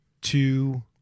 two